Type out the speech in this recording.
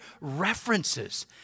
references